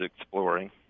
exploring